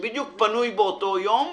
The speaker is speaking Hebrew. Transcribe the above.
שבדיוק פנוי באותו יום.